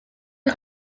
and